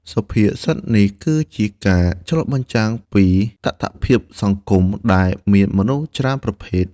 សុភាសិតនេះគឺជាការឆ្លុះបញ្ចាំងពីតថភាពសង្គមដែលមានមនុស្សច្រើនប្រភេទ។